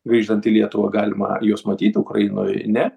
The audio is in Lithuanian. grįžtant į lietuvą galima juos matyt ukrainoj ne